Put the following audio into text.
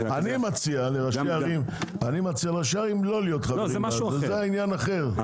אני מציע לראשי ערים לא להיות חברים ב- זה עניין אחר,